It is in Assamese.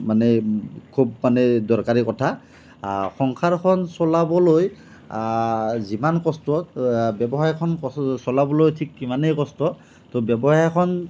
মানে খুব মানে দৰকাৰী কথা সংসাৰখন চলাবলৈ যিমান কষ্ট ব্যৱসায়খন চলাবলৈ ঠিক সিমানেই কষ্ট তো ব্যৱসায়খন